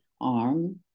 arm